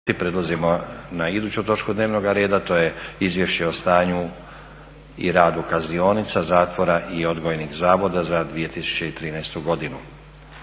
Prelazimo na iduću točku dnevnoga reda, to je - Izvješće o stanju i radu kaznionica, zatvora i odgojnih zavoda za 2013. godinu.